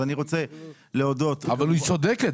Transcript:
אז אני רוצה להודות --- אבל היא צודקת.